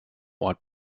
ort